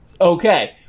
okay